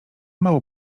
mało